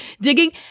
digging